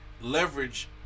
leverage